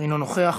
אינו נוכח.